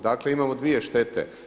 Dakle, imamo dvije štete.